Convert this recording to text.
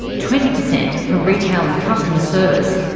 twenty percent for retail and customer service,